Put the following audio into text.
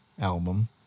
album